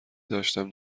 داشتم